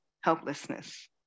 helplessness